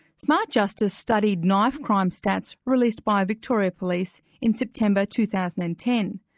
smart justice studied knife-crime stats released by victoria police in september, two thousand and ten.